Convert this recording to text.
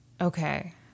Okay